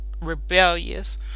rebellious